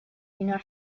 wiener